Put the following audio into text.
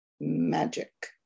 magic